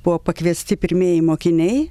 buvo pakviesti pirmieji mokiniai